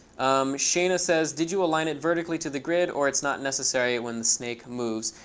um shayna says, did you align it vertically to the grid, or it's not necessary when the snake moves?